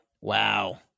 wow